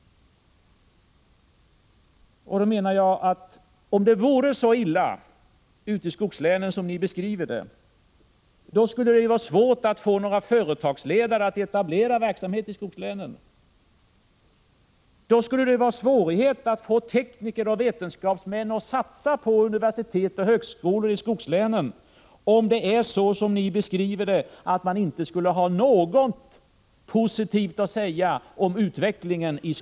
Om det vore så illa i skogslänen som ni beskriver det skulle det vara svårt att få några företagsledare att etablera verksamhet i skogslänen, då skulle det vara svårigheter att få tekniker och vetenskapsmän att satsa på universitet och högskolor i skogslänen. Om det är så som ni beskriver det skulle man inte ha något positivt att säga om utvecklingen där.